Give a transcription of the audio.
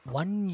one